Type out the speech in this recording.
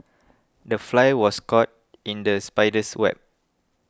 the fly was caught in the spider's web